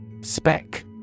Spec